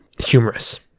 humorous